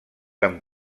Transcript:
amb